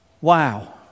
wow